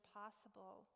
possible